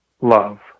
love